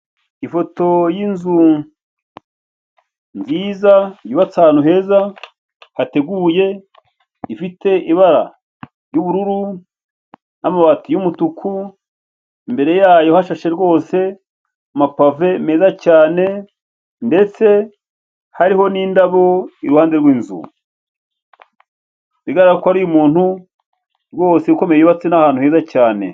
Ifoto y'inzu nziza yubatse ahantu heza hateguye, ifite ibara ry'ubururu n'amabati y'umutuku, imbere yayo hashashe rwose amapave meza cyane ndetse hariho n'indabo, iruhande rw'inzu. Bigaragara ko ari iy'umuntu rwose ukomeye yubatse n'ahantu heza cyane.